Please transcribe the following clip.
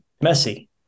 messy